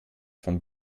von